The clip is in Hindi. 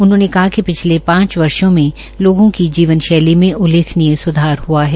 उन्होंने कहा कि पिछले पांच वर्षो में लोगों की जीवन शैली मे उल्लेखनीय सुधार हआ है